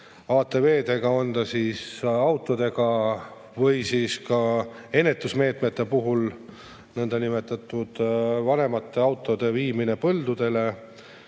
ATV-dega, on see autodega või siis ka ennetusmeetmena nõndanimetatud vanemate autode viimisega põldudele.